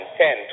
ten